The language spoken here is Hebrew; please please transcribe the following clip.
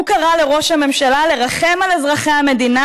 הוא קרא לראש הממשלה לרחם על אזרחי המדינה,